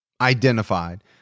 identified